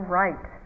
right